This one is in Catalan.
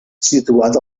situat